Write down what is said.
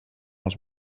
els